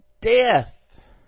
death